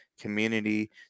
community